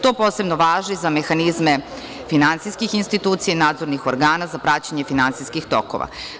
To posebno važi za mehanizme finansijskih institucija, nadzornih organa za praćenje finansijskih tokova.